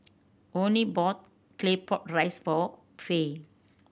Onie bought Claypot Rice for Fay